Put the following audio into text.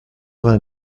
vingt